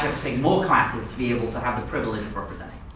take more classes to be able to have the privilege of representing